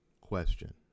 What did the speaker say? question